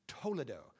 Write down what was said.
toledo